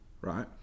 right